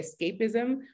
escapism